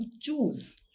choose